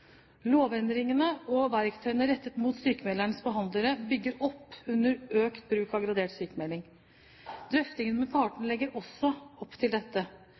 Lovendringene og verktøyene rettet mot sykmeldende behandlere bygger opp under økt bruk av gradert sykmelding. Drøftingene med partene legger også opp til dette.